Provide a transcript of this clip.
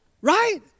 Right